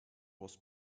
was